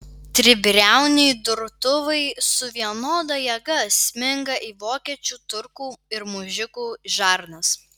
tribriauniai durtuvai su vienoda jėga sminga į vokiečių turkų ir mužikų žarnas